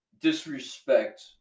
disrespect